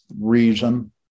reason